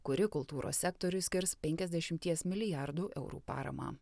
kuri kultūros sektoriui skirs penkiasdešimties milijardų eurų paramą